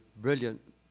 brilliant